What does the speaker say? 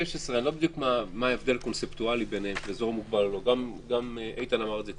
מה ההבדל קונספטואלית בין אזור מוגבל או לא גם איתן אמר את זה,